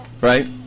Right